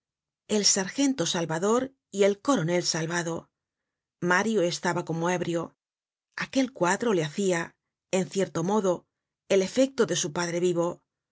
el sargento salvador y el coronel salvado mario estaba como ébrio aquel cuadro le hacia en cierto modo el efecto de su padre vivo